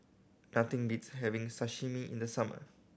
nothing beats having Sashimi in the summer